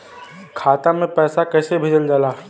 खाता में पैसा कैसे भेजल जाला?